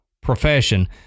profession